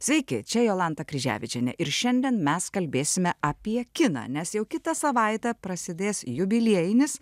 sveiki čia jolanta kryževičienė ir šiandien mes kalbėsime apie kiną nes jau kitą savaitę prasidės jubiliejinis